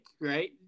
right